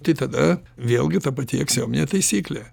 tai tada vėlgi ta pati aksiominė taisyklė